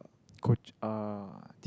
coach uh